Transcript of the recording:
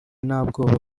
ntabwoba